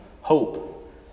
hope